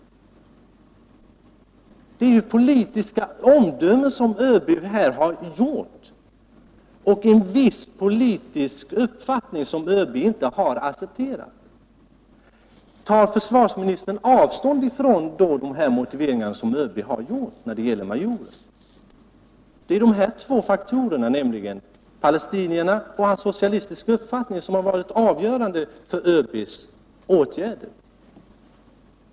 Det är ju politiska omdömen som ÖB här har gjort och en viss politisk uppfattning som ÖB inte har accepterat. Tar försvarsministern då avstånd från de här motiveringarna som ÖB har lämnat när det gäller majoren? De två faktorer som varit avgörande för ÖB:s åtgärder är alltså detta med palestinierna och majorens socialistiska uppfattning.